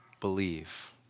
believe